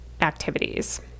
activities